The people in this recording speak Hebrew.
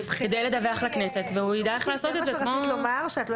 תקשיבו למה שאני אומרת.